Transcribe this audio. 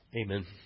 Amen